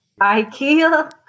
IKEA